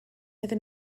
iddyn